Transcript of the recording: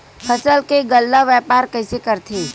फसल के गल्ला व्यापार कइसे करथे?